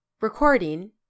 Recording